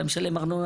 למשלם ארנונה,